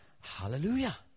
Hallelujah